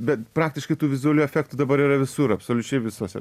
bet praktiškai tų vizualių efektų dabar yra visur absoliučiai visuose